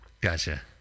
Gotcha